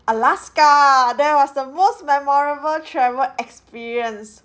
alaska that was the most memorable travel experience